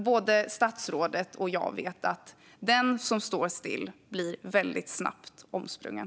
Både statsrådet och jag vet att den som står still väldigt snabbt blir omsprungen.